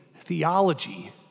theology